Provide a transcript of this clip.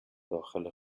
داخل